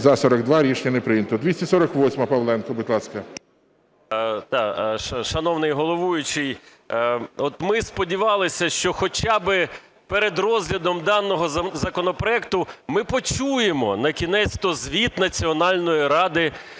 За-42 Рішення не прийнято. 248-а, Павленко, будь ласка. 11:30:28 ПАВЛЕНКО Ю.О. Шановний головуючий, от ми сподівалися, що хоча би перед розглядом даного законопроекту ми почуємо накінець-то звіт Національної ради